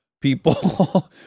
people